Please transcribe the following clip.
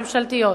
ממשלתיות,